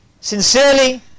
sincerely